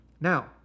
Now